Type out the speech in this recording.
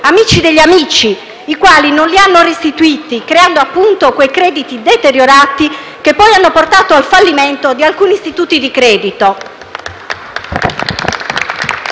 amici degli amici, i quali non li hanno restituiti, creando appunto quei crediti deteriorati che poi hanno portato al fallimento di alcuni istituti di credito.